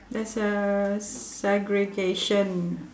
there's a segregation